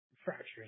fractures